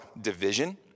division